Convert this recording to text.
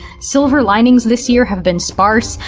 silver linings this year have been sparse,